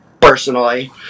personally